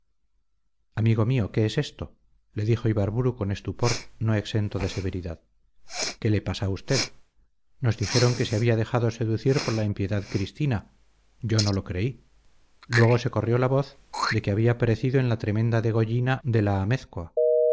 amigo mío qué es esto le dijo ibarburu con estupor no exento de severidad qué le pasa a usted nos dijeron que se había dejado seducir por la impiedad cristina yo no lo creí luego se corrió la voz de que había perecido en la tremenda degollina de la